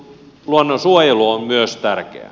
luonnonsuojelu on myös tärkeää